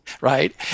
Right